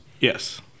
Yes